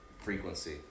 frequency